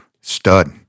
stud